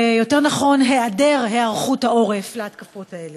ויותר נכון, היעדר היערכות העורף להתקפות האלה.